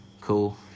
cool